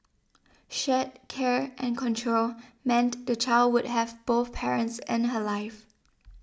shared care and control meant the child would have both parents in her life